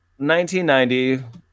1990